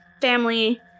family